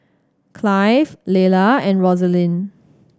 Clive Lelah and Rosaline